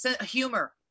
humor